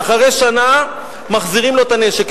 ואחרי שנה מחזירים לו את הנשק.